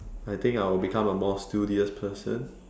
I think I would become a more studious person